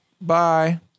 Bye